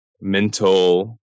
mental